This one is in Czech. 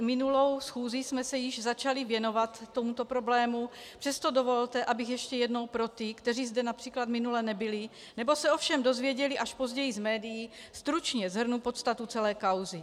Minulou schůzi jsme se již začali věnovat tomuto problému, přesto dovolte, abych ještě jednou pro ty, kteří zde například minule nebyli nebo se ovšem dozvěděli až později z médií, stručně shrnula podstatu celé kauzy.